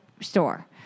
store